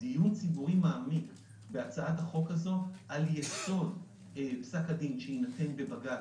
דיון ציבורי מעמיק בהצעת החוק הזאת על יסוד פסק הדין שיינתן בבג"ץ,